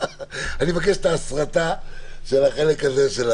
אני מבקש את ההסרטה של החלק הזה.